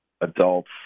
adults